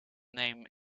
name